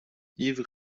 yves